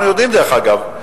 דרך אגב,